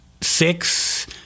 six